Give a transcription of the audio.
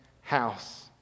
house